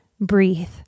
breathe